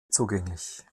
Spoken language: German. zugänglich